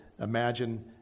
imagine